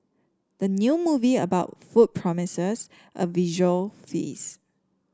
the new movie about food promises a visual feast